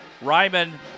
Ryman